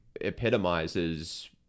epitomizes